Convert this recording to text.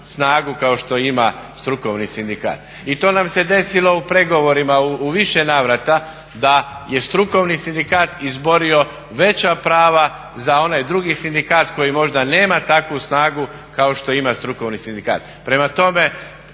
snagu kao što ima strukovni sindikat. I to nam se desilo u pregovorima u više navrata da je strukovni sindikat izborio veća prava za onaj drugi sindikat koji možda nema takvu snagu kao što ima strukovni sindikat. Prema tome,